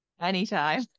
Anytime